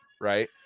right